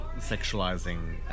Sexualizing